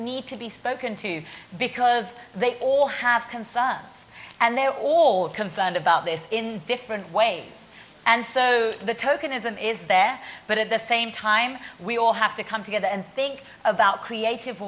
need to be spoken to because they all have concerns and they are all concerned about this in different ways and so so the tokenism is there but at the same time we all have to come together and think about creative